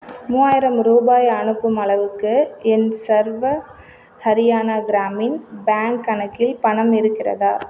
மூவாயிரம் ரூபாய் அனுப்பும் அளவுக்கு என் சர்வ ஹரியானா கிராமின் பேங்க் கணக்கில் பணம் இருக்கிறதா